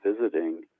visiting